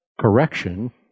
correction